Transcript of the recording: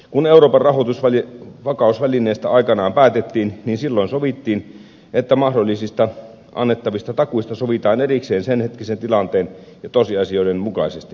kun euroopan rahoitusvakausvälineestä aikanaan päätettiin silloin sovittiin että mahdollisista annettavista takuista sovitaan erikseen senhetkisen tilanteen ja tosiasioiden mukaisesti